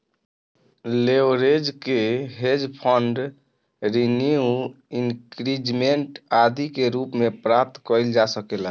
leverage के hedge fund renew increment आदि के रूप में प्राप्त कईल जा सकेला